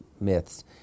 myths